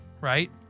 right